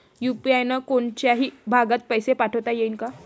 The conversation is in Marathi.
यू.पी.आय न कोनच्याही भागात पैसे पाठवता येईन का?